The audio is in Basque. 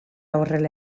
horrela